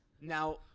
Now